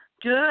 Good